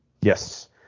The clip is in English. Yes